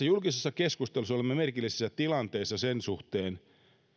julkisessa keskustelussa olemme merkillisessä tilanteessa sen suhteen